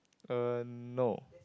uh no